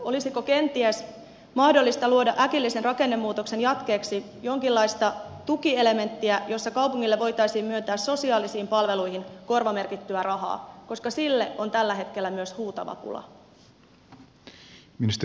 olisiko kenties mahdollista luoda äkillisen rakennemuutoksen jatkeeksi jonkinlaista tukielementtiä jossa kaupungille voitaisiin myöntää sosiaalisiin palveluihin korvamerkittyä rahaa koska sille on tällä hetkellä myös huutava pula